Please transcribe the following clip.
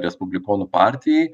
respublikonų partijai